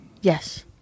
Yes